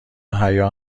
حیا